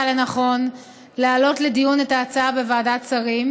לנכון להעלות לדיון את ההצעה בוועדת שרים.